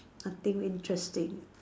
nothing interesting